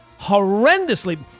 horrendously –